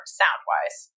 sound-wise